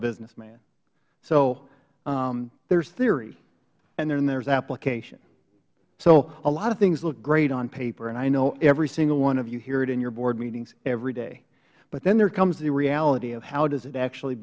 businessman so there is theory and then there is application so a lot of things look great on paper and i know every single one of you hear it in your board meetings every day but then there comes the reality of how does it actually